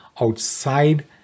outside